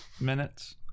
minutes